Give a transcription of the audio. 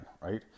right